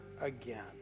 again